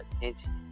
attention